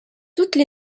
toutes